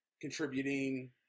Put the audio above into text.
contributing